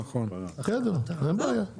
אין בעיה.